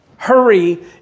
Hurry